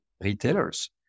retailers